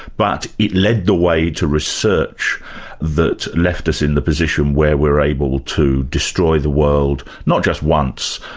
but it led the way to research that left us in the position where we're able to destroy the world, not just once,